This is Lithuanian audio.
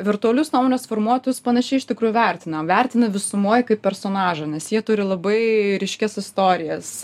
virtualius nuomonės formuotojus panašiai iš tikrųjų vertinam vertina visumoj kaip personažą nes jie turi labai ryškias istorijas